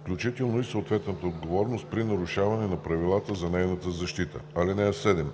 включително и съответната отговорност при нарушаване на правилата за нейната защита. (7) Писменото